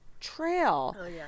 trail